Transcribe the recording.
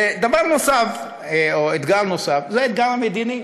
דבר נוסף או אתגר נוסף זה האתגר המדיני,